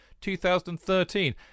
2013